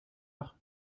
nach